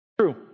True